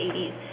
80s